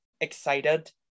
excited